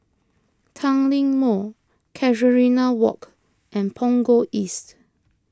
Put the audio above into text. Tanglin Mall Casuarina Walk and Punggol East